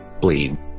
Bleed